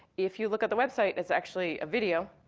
if you look at the website, it's actually a video.